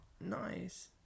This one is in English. Nice